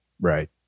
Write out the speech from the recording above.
Right